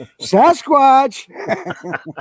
Sasquatch